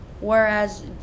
whereas